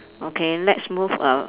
okay let's move uh